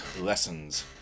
lessons